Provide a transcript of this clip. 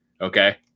Okay